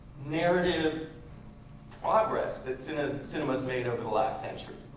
narrative progress that cinema's cinema's made over the last century,